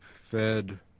fed